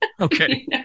okay